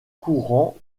courants